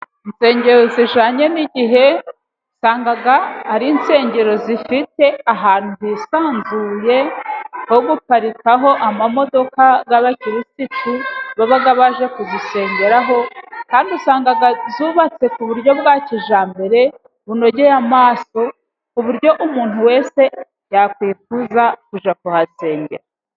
Insengero zijyanye n'igihe, usanga ari insengero zifite ahantu hisanzuye, ho guparikaho amamodoka z'abakirisitu babaga baje kuzisengeraraho, kandi usanga zubatse ku buryo bwa kijyambere, bunogeye amaso, ku buryo umuntu wese yakwifuza kujya kuhasengera.